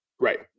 Right